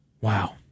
Wow